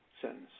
sentence